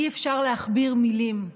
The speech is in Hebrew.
אי-אפשר להכביר מילים,